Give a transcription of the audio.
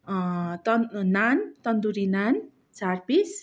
तन् नान तन्दुरी नान चार पिस